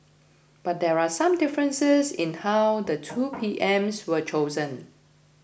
but there are some differences in how the two P Ms were chosen